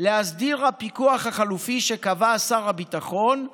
להסדר הפיקוח החלופי שקבע שר הביטחון,